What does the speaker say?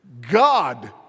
God